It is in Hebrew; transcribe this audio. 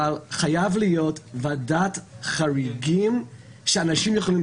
אבל חייבת להיות ועדת חריגים שאנשים יכולים